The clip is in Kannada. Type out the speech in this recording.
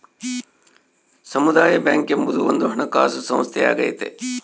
ಸಮುದಾಯ ಬ್ಯಾಂಕ್ ಎಂಬುದು ಒಂದು ಹಣಕಾಸು ಸಂಸ್ಥೆಯಾಗೈತೆ